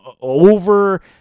over